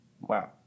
Wow